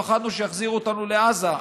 פחדנו שיחזירו אותנו לעזה,